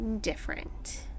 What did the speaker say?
different